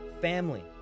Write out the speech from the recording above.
Family